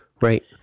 Right